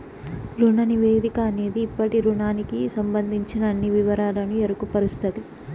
రుణ నివేదిక అనేది ఇప్పటి రుణానికి సంబందించిన అన్ని వివరాలకు ఎరుకపరుస్తది